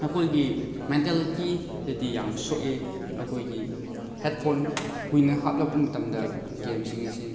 ꯑꯩꯈꯣꯏꯒꯤ ꯃꯦꯟꯇꯦꯜꯂꯤꯇꯤꯗꯗꯤ ꯌꯥꯝꯅ ꯁꯣꯛꯏ ꯑꯩꯈꯣꯏꯒꯤ ꯍꯦꯗ ꯐꯣꯟ ꯀꯨꯏꯅ ꯍꯥꯞꯂꯛꯄ ꯃꯇꯝꯗ ꯒꯦꯝꯁꯤꯡ ꯑꯁꯤ